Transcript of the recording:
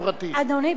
בדיוק.